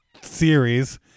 series